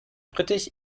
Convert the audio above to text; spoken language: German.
britisch